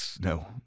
No